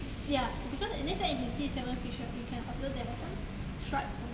ya because eh next time if you see salmon fish right you can observe there are some stripes on it